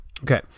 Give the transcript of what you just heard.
Okay